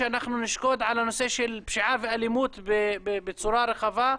אנחנו נשקוד על הנושא של פשיעה ואלימות בצורה רחבה,